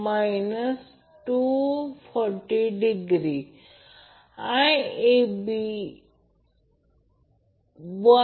आता IABICA IAB VabZ Z ∆ आणि ICA VcaZ ∆